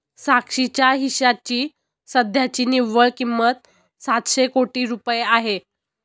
साक्षीच्या हिश्श्याची सध्याची निव्वळ किंमत सातशे कोटी रुपये आहे